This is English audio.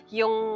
yung